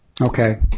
Okay